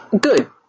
Good